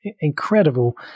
incredible